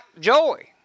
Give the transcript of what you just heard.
joy